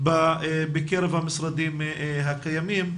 בקרב המשרדים הקיימים.